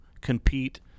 compete